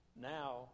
now